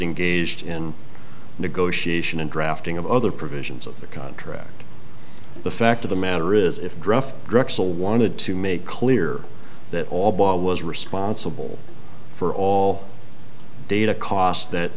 engaged in negotiation in drafting of other provisions of the contract the fact of the matter is if draft drexel wanted to make clear that all ball was responsible for all data costs that